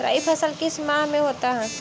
रवि फसल किस माह में होता है?